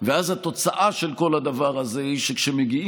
ואז התוצאה של כל הדבר הזה היא שכשמגיעים